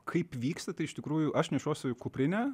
kaip vyksta tai iš tikrųjų aš nešuosi kuprinę